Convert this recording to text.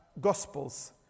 gospels